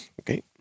Okay